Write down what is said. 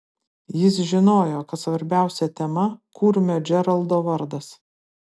jis žinojo kad svarbiausia tema kurmio džeraldo vardas